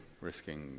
risking